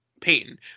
Payton